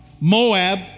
Moab